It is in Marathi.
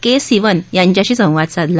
के सिवन यांच्याशी संवाद साधला